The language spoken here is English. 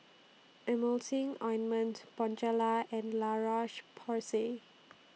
Emulsying Ointment Bonjela and La Roche Porsay